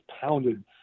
pounded